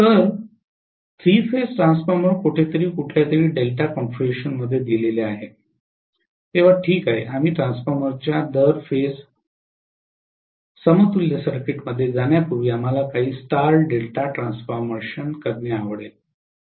तर three phase transformer कोठेतरी कुठल्यातरी डेल्टा कॉन्फिगरेशनमध्ये दिले आहे तेव्हा ठीक आहे आम्ही ट्रान्सफॉर्मरच्या दर फेज समतुल्य सर्किटमध्ये जाण्यापूर्वी आपल्याला काही स्टार डेल्टा ट्रान्सफॉर्मेशन करणे आवडेल